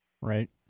Right